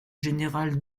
général